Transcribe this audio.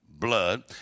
Blood